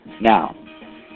Now